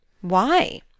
Why